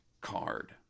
card